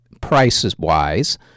prices-wise